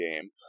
game